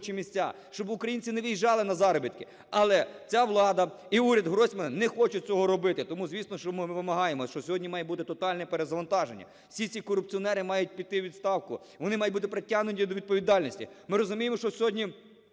місця, щоб українці не виїжджали на заробітки. Але ця влада і уряд Гройсмана не хочуть цього робити. Тому, звісно, що ми вимагаємо, що сьогодні має бути тотальне перезавантаження. Всі ці корупціонери мають піти у відставку. Вони мають бути притягнуті до відповідальності. Ми розуміємо, що сьогодні